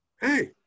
hey